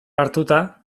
hartuta